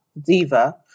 Diva